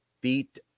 beat